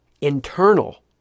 internal